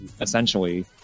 essentially